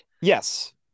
yes